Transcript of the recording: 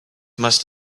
must